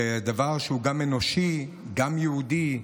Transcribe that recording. זה דבר שהוא גם אנושי, גם יהודי,